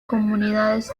comunidades